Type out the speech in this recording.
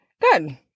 Good